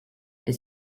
est